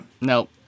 nope